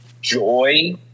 Joy